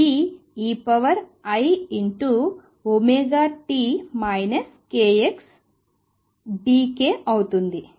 కాబట్టి అది eiωt kxdk అవుతుంది